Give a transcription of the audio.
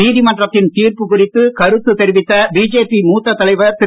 நீதிமன்றத்தின் தீர்ப்பு குறித்து கருத்து தெரிவித்த பிஜேபி மூத்த தலைவர் திரு